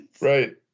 right